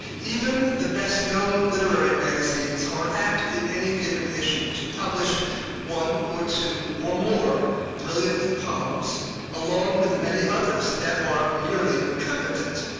even the best-known literary magazines are apt in any given issue to publish one or two or more brilliant poems along with many others that are merely competent,